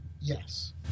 Yes